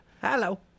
Hello